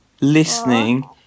listening